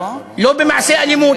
לא במעשי אלימות,